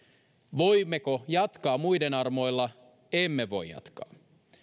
voimmeko jatkaa muiden armoilla emme voi jatkaa